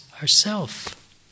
ourself